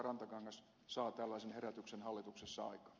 rantakangas saa tällaisen herätyksen hallituksessa aikaan